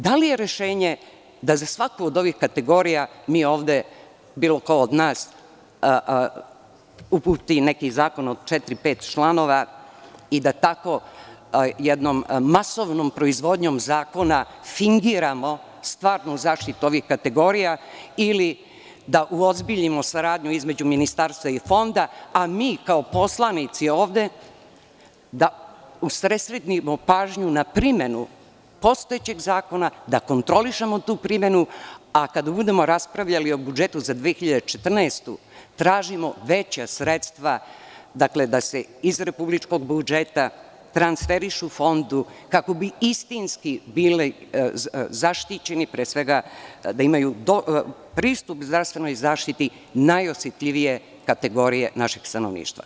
Da li je rešenje da za svaku od ovih kategorija mi ovde, bilo ko od nas, uputi neki zakon od četiri, pet članova i da takvom jednom masovnom proizvodnjom zakona fingiramo stvarnu zaštitu ovih kategorija ili da uozbiljimo saradnju između Ministarstva i Fonda, a mi kao poslanici ovde da usredsredimo pažnju na primenu postojećeg zakona, da kontrolišemo tu primenu, a kada budemo raspravljali o budžetu za 2014. godinu, tražimo veća sredstva da se iz republičkog budžeta transferišu fondu, kako bi istinski bili zaštićeni, pre svega da imaju pristup zdravstvenoj zaštiti najosetljivije kategorije našeg stanovništva.